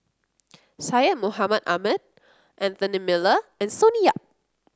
Syed Mohamed Ahmed Anthony Miller and Sonny Yap